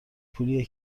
پولیه